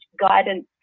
guidance